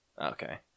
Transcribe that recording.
Okay